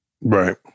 Right